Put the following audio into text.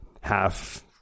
half